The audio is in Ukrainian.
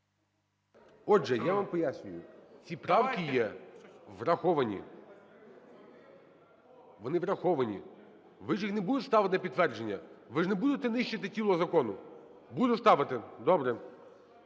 Отже, я вам пояснюю, ці правки є враховані, вони враховані. Ви ж їх не будете ставити на підтвердження, ви ж не будете нищити тіло закону? Будете ставити? Добре.